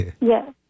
Yes